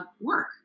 work